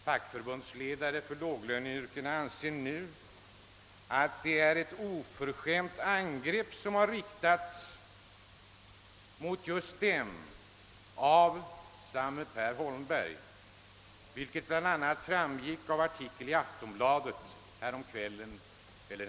Fackförbundsledare inom låglöneyrkena anser att det är ett oförskämt angrepp som riktats mot just dem av samme Per Holmberg, vilket bl.a. framgick av en artikel i Aftonbladet den 12 november.